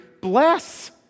bless